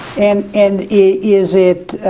and and is it,